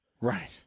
right